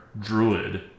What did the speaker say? druid